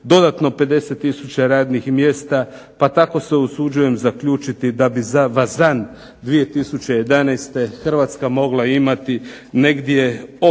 dodatno 50 tisuća radnih mjesta pa tako se usuđujem zaključiti da bi za Vazam 2011. Hrvatska mogla imati negdje oko